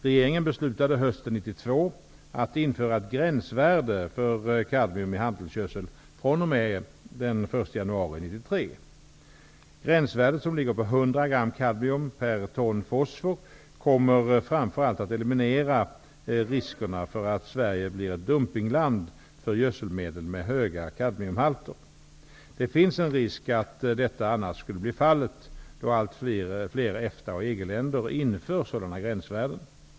Regeringen beslutade hösten 1992 att införa ett gränsvärde för kadmium i handelsgödsel från och med den 1 Gränsvärdet, som ligger på 100 gram kadmium per ton fosfor, kommer framför allt att eliminera riskerna för att Sverige blir ett dumpingland för gödselmedel med höga kadmiumhalter. Det finns en risk att detta annars skulle bli fallet då allt fler EFTA och EG-länder inför sådana gränsvärden.